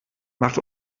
macht